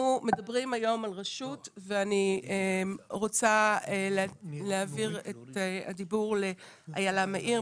אנחנו מדברים היום על רשות ואני רוצה להעביר את הדיבור לאיילה מאיר,